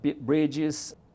bridges